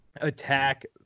attack